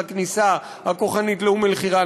של הכניסה הכוחנית לאום-אלחיראן.